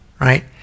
Right